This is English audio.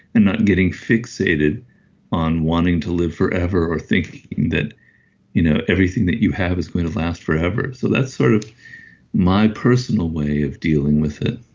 and not getting fixated on wanting to live forever or thinking that you know everything that you have is going to last forever. so that's sort of my personal way of dealing with it